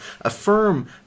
affirm